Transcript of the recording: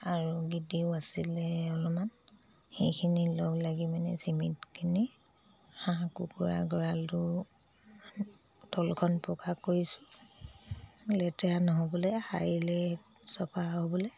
আৰু গীডিও আছিলে অলপমান সেইখিনি লগ লাগি মানে চিমেন্টখিনি হাঁহ কুকুৰা গঁৰালটো তলখন পকা কৰিছোঁ লেতেৰা নহ'বলৈ সাৰিলেই চাফা হ'বলৈ